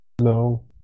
No